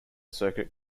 circuit